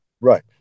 Right